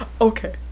Okay